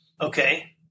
Okay